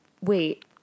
wait